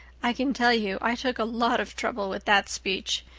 i can tell you i took a lot of trouble with that speech.